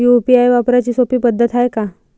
UPI वापराची सोपी पद्धत हाय का?